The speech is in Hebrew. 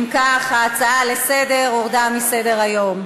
אם כך, ההצעה לסדר-היום הורדה מסדר-היום.